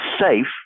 safe